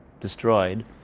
destroyed